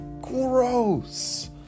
gross